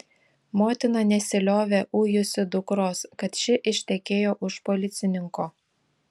motina nesiliovė ujusi dukros kad ši ištekėjo už policininko